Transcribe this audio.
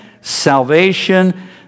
salvation